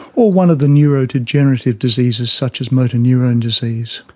or one of the neurodegenerative diseases such as motor neurone disease.